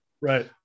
right